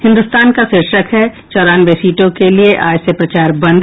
हिन्दुस्तान का शीर्षक है चौरानवे सीटों के लिये आज से प्रचार बंद